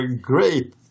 great